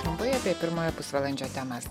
trumpai apie pirmojo pusvalandžio temas